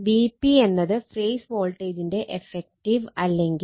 Vp എന്നത് phase വോൾട്ടേജിന്റെ effective അല്ലെങ്കിൽ ആർ എം എസ് മൂല്യമാണ്